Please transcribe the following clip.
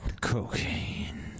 cocaine